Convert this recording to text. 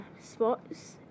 spots